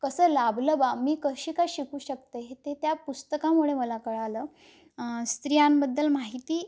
कसं लाभलं बा मी कशी काय शिकू शकते हे ते त्या पुस्तकामुळे मला कळालं स्त्रियांबद्दल माहिती